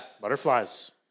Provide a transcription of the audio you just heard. butterflies